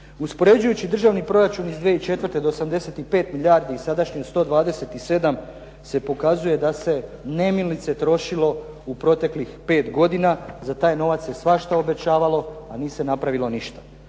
Uspoređujući državni proračun iz 2004. od 85 milijardi i sadašnjim 127 se pokazuje da se nemilice trošilo u proteklih 5 godina. Za taj novac se svašta obećavalo, a nije se napravilo ništa.